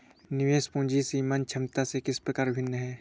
निवेश पूंजी सीमांत क्षमता से किस प्रकार भिन्न है?